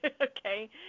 Okay